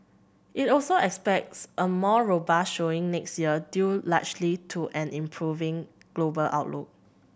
it also expects a more robust showing next year due largely to an improving global outlook